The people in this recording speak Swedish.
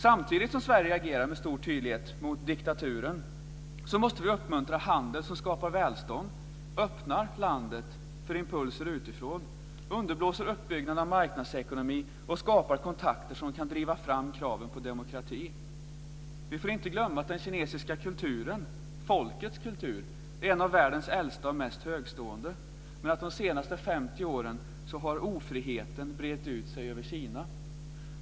Samtidigt som Sverige agerar med stor tydlighet mot diktaturen måste vi uppmuntra handel som skapar välstånd, öppnar landet för impulser utifrån, underblåser uppbyggnaden av marknadsekonomi och skapar kontakter som kan driva fram kraven på demokrati. Vi får inte glömma att den kinesiska kulturen, folkets kultur, är en världens äldsta och mest högtstående, men de senaste 50 åren har ofriheten brett ut sig över Kina.